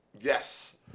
yes